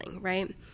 right